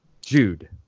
Jude